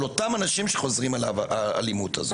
של אותם אנשים שחוזרים על האלימות הזאת.